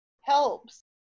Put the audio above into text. helps